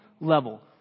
level